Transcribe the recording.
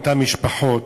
לאותן משפחות,